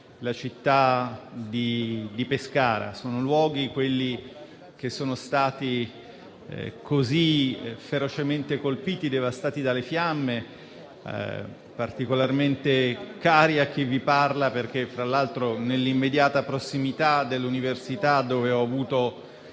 la città di Pescara. Sono luoghi - quelli che sono stati così ferocemente colpiti e devastati dalle fiamme - particolarmente cari a chi vi parla perché, fra l'altro, nell'immediata prossimità dell'università per tanti